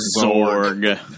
Zorg